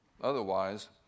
Otherwise